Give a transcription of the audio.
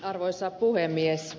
arvoisa puhemies